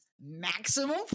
maximum